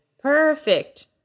Perfect